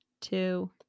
Two